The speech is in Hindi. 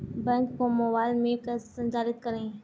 बैंक को मोबाइल में कैसे संचालित करें?